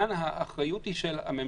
כאן האחריות היא של הממשלה,